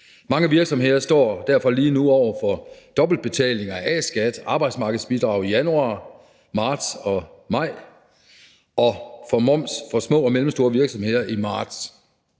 Mange virksomheder står derfor lige nu over for dobbeltbetaling af A-skat og arbejdsmarkedsbidrag i januar, marts og maj, og for små og mellemstore virksomheder er